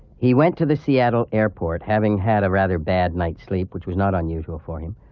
he went to the seattle airport having had a rather bad night's sleep, which was not unusual for him,